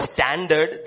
Standard